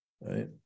right